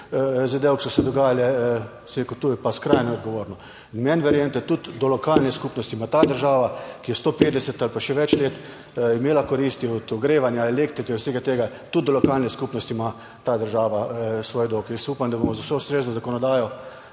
ki so se dogajale, sem rekel, to je pa skrajno odgovorno. In meni verjemite, tudi do lokalne skupnosti, ima ta država, ki je 150 ali pa še več let imela koristi od ogrevanja, elektrike in vsega tega, tudi do lokalne skupnosti ima ta država svoj dolg. Jaz upam, da bomo z vso ustrezno zakonodajo,